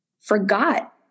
forgot